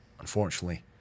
Unfortunately